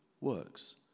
works